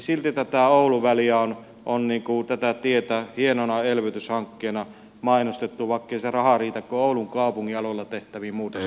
silti tätä oulu väliä on tätä tietä hienona elvytyshankkeena mainostettu vaikkei se raha riitä kuin oulun kaupungin alueella tehtäviin muutostöihin